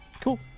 Cool